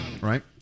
right